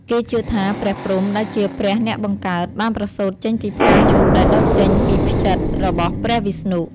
គេជឿថាព្រះព្រហ្ម ដែលជាព្រះអ្នកបង្កើត បានប្រសូតចេញពីផ្កាឈូកដែលដុះចេញពីផ្ចិតរបស់ព្រះវិស្ណុ។